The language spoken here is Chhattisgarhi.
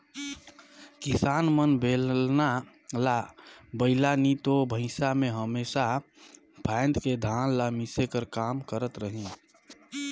किसान मन बेलना ल बइला नी तो भइसा मे हमेसा फाएद के धान ल मिसे कर काम करत रहिन